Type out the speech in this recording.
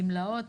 גמלאות,